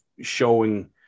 showing